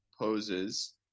poses